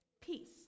Peace